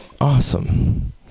awesome